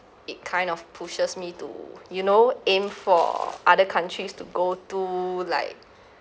it kind of pushes me to you know aim for other countries to go to like